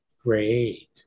great